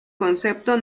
concepto